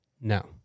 No